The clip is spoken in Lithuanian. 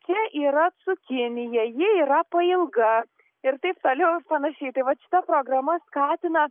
čia yra cukinija ji yra pailga ir taip toliau ir panašiai tai vat šita programa skatina